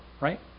right